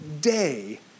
day